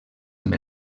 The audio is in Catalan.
amb